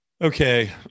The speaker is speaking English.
Okay